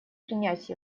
принять